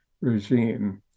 regime